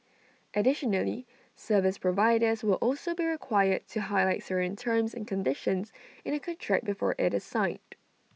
additionally service providers will also be required to highlight certain terms and conditions in A contract before IT is signed